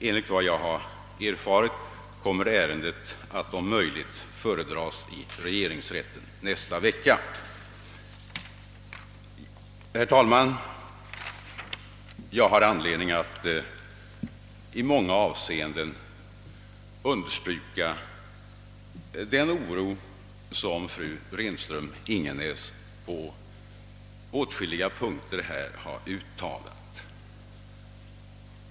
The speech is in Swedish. Enligt vad jag har erfarit kommer ärendet att om möjligt föredras i regeringsrätten nästa vecka. Herr talman! Jag har anledning att i många avseenden dela den oro som fru Renström-Ingenäs på åtskilliga punkter har uttalat.